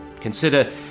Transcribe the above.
Consider